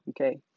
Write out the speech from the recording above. Okay